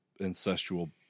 incestual